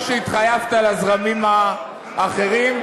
תדע לפעול כמו שהתחייבת לזרמים האחרים.